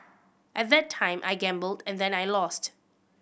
at that time I gambled and then I lost